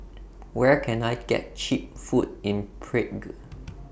Where Can I get Cheap Food in Prague